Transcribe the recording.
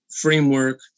framework